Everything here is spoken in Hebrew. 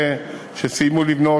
סיימו לבנות,